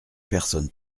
personnes